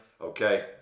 okay